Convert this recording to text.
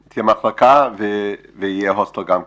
כמחלקה ויהיה הוסטל גם כן.